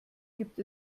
gibt